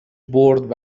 برد